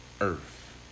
earth